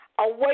away